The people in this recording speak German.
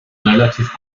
relativ